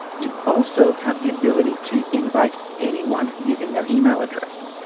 you also have the ability to invite anyone using their email address.